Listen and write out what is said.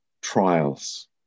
trials